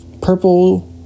purple